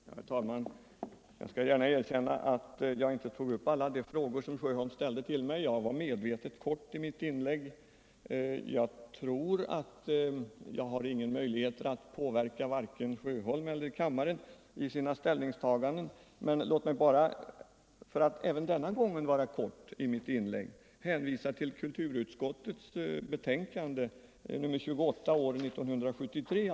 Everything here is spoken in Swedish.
Herr talman! Jag skall gärna erkänna att jag inte tog upp alla de frågor som herr Sjöholm ställde till mig. Jag var medvetet kortfattad i mitt inlägg. Jag tror inte att jag har någon möjlighet att påverka varken herr Sjöholm eller kammaren i deras ställningstaganden. Låt mig bara, för att även denna gång göra mitt inlägg kort, hänvisa till kulturutskottets betänkande nr 28 år 1973.